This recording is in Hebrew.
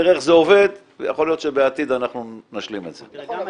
נראה איך זה עובד ויכול להיות שבעתיד אנחנו נשלים את זה.